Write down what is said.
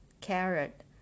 carrot